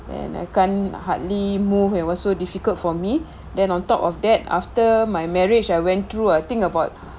and I can't hardly move it was so difficult for me then on top of that after my marriage I went through I think about